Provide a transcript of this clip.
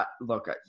look